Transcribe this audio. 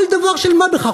כל דבר של מה בכך.